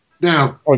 Now